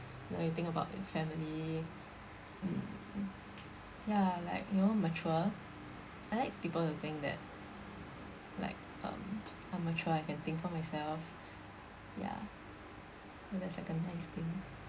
you know you think about your family mm ya like you know mature I like people to think that like um I'm mature I can think for myself ya so that's like a nice thing